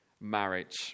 marriage